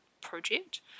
project